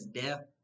death